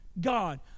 God